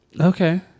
Okay